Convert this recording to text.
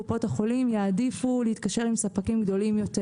קופות החולים יעדיפו להתקשר עם ספקים גדולים יותר